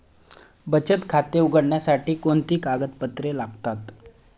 बचत खाते उघडण्यासाठी कोणती कागदपत्रे लागतात?